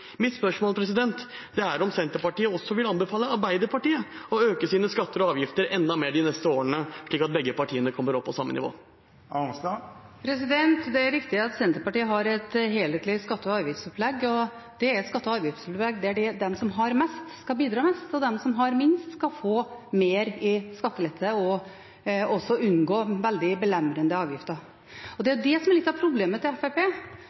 Mitt spørsmål er om Senterpartiet vil anbefale også Arbeiderpartiet å øke sine skatter og avgifter enda mer de neste årene, slik at begge partier kommer opp på samme nivå. Det er riktig at Senterpartiet har et helhetlig skatte- og avgiftsopplegg. Det er et skatte- og avgiftsopplegg der de som har mest, skal bidra mest. De som har minst, skal få mer i skattelette og også unngå veldig belemrende avgifter. Det er dette som er litt av problemet til